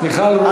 מיכל, די.